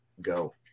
go